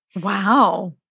Wow